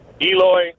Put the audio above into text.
Eloy